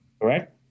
correct